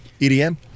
EDM